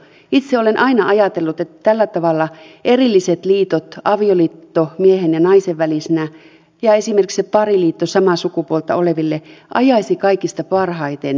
itse olen aina ajatellut että tällä tavalla erillisten liittojen avioliiton miehen ja naisen välisenä ja esimerkiksi sen pariliiton samaa sukupuolta oleville ajaisi kaikista parhaiten